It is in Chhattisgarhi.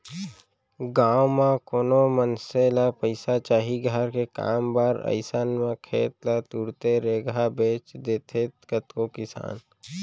गाँव म कोनो मनसे ल पइसा चाही घर के काम बर अइसन म खेत ल तुरते रेगहा बेंच देथे कतको किसान